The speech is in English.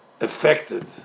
affected